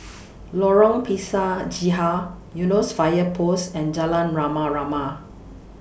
Lorong Pisang Hijau Eunos Fire Post and Jalan Rama Rama